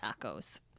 tacos